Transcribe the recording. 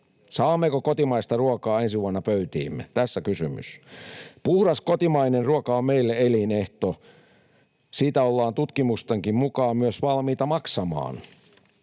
Saammeko kotimaista ruokaa ensi vuonna pöytiimme? Tässä kysymys. Puhdas kotimainen ruoka on meille elinehto. Siitä ollaan tutkimustenkin mukaan myös valmiita maksamaan.